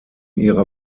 ihrer